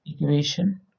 equation